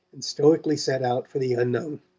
and stoically set out for the unknown.